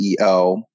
CEO